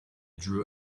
drew